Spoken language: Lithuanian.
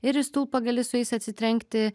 ir stulpą gali su jais atsitrenkti